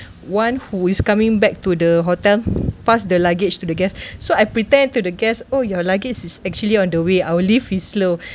one who is coming back to the hotel pass the luggage to the guest so I pretend to the guests oh your luggage is actually on the way our lift is slow